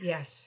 Yes